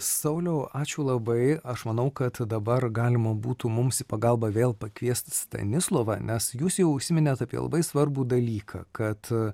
sauliau ačiū labai aš manau kad dabar galima būtų mums į pagalbą vėl pakviest stanislovą nes jūs jau užsiminėt apie labai svarbų dalyką kad